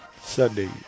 Sunday